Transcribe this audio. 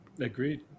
Agreed